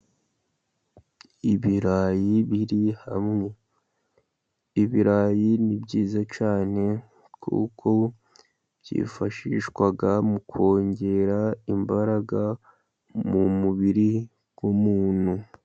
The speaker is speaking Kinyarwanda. Ibirayi biri hamwe, ibirayi ni byiza cyane kuko byifashishwa mu kongera imbaraga mu mubiri w'umuntu.